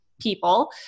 people